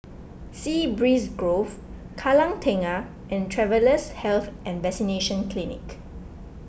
Sea Breeze Grove Kallang Tengah and Travellers' Health and Vaccination Clinic